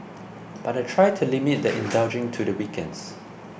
but I try to limit the indulging to the weekends